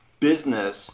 business